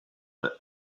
that